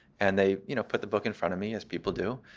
and they you know put the book in front of me, as people do.